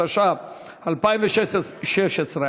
התשע"ז 2016,